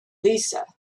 lisa